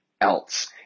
else